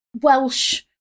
Welsh